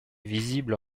visibles